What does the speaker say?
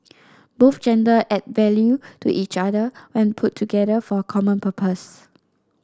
both gender add value to each other when put together for a common purpose